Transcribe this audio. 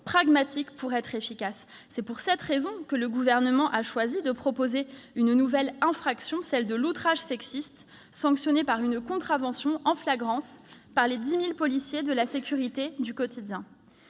pragmatiques pour être efficaces. C'est pour cette raison que le Gouvernement a choisi de proposer une nouvelle infraction, celle de l'outrage sexiste, qui pourra être sanctionnée par une contravention en flagrance par les 10 000 policiers de la sécurité du quotidien.